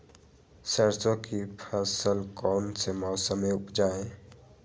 सरसों की फसल कौन से मौसम में उपजाए?